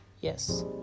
yes